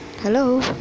Hello